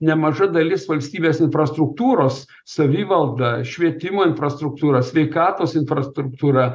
nemaža dalis valstybės infrastruktūros savivalda švietimo infrastruktūros sveikatos infrastruktūra